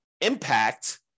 impact